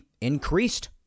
increased